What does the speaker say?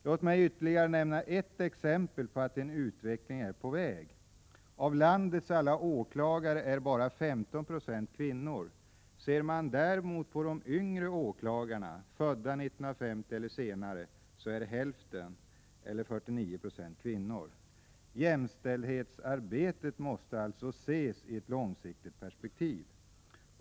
Låt mig ytterligare nämna ert exempel på att en utveckling är på väg: Av landets alla åklagare är bara 15 26 kvinnor. Ser man däremot på de yngre åklagarna, födda 1950 eller senare, så är hälften, 49 96, kvinnor. Jämställdhetsarbetet måste alltså ses i ett långsiktigt perspektiv.